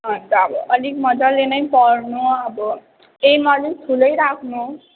अन्त अब अलिक मज्जाले नै पढ्नु अब एम अलिक ठुलै राख्नु